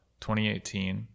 2018